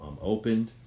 opened